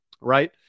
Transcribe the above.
right